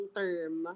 term